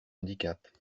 handicap